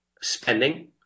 spending